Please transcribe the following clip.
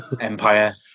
empire